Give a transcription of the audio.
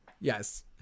Yes